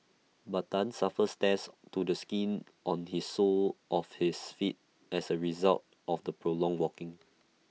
but Tan suffered tears to the skin on his sole of his feet as A result of the prolonged walking